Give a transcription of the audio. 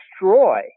destroy